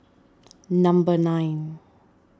number nine